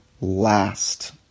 last